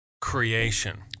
creation